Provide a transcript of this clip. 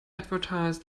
advertised